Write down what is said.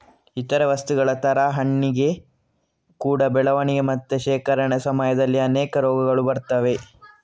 ಇತರೇ ವಸ್ತುಗಳ ತರ ಹಣ್ಣಿಗೆ ಕೂಡಾ ಬೆಳವಣಿಗೆ ಮತ್ತೆ ಶೇಖರಣೆ ಸಮಯದಲ್ಲಿ ಅನೇಕ ರೋಗಗಳು ಬರ್ತವೆ